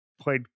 played